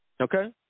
okay